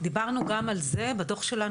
דיברנו גם על זה בדוח שלנו,